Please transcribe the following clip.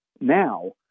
now